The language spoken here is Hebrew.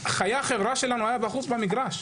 חיי החברה שלנו היו בחוץ, במגרש.